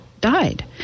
died